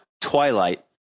Twilight